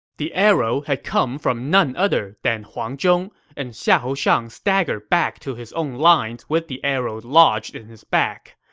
the arrow had come from none other than huang zhong, and xiahou shang staggered back into his own lines with the arrow lodged in his back.